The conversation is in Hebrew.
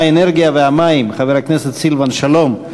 האנרגיה והמים חבר הכנסת סילבן שלום.